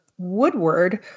Woodward